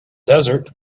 desert